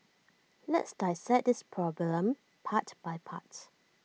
let's dissect this problem part by part